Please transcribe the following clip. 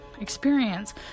experience